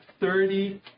thirty